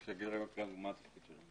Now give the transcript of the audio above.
שיגיד גם מה התפקיד שלו.